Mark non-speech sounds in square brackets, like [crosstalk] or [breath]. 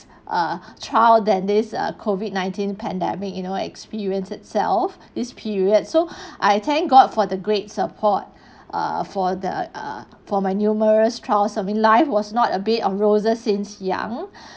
ah trial than this ah COVID nineteen pandemic you know experience itself this period so I thank god for the great support err for the err for my numerous trials I mean life was not a bed of roses since young [breath]